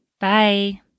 Bye